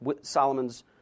Solomon's